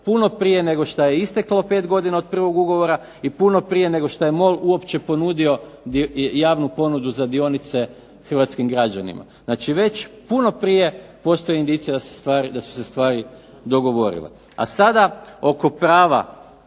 puno prije nego šta je isteklo 5 godina od prvog ugovora, i puno prije nego šta je MOL uopće ponudio javnu ponudu za dionice hrvatskim građanima. Znači već puno prije postoji indicija da su se stvari dogovorile. A sada oko prava